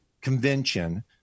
convention